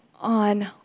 on